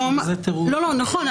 זה --- נכון,